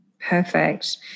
Perfect